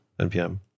npm